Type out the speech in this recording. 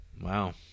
Wow